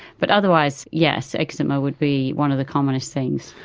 but otherwise, yes, eczema would be one of the commonest things.